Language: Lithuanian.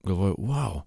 galvoju vau